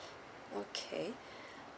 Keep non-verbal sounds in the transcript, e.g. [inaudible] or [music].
okay [breath]